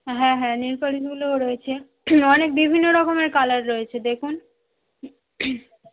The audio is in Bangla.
হ্যাঁ হ্যাঁ নেলপালিশগুলোও রয়েছে অনেক বিভিন্ন রকমের কালার রয়েছে দেখুন